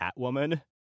Catwoman